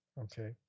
Okay